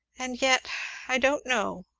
and yet i don't know,